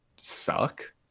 suck